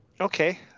Okay